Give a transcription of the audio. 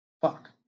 fuck